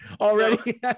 already